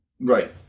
Right